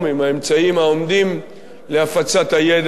עם האמצעים העומדים לרשות הפצת הידע,